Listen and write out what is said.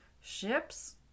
Ships